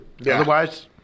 Otherwise